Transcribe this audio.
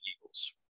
Eagles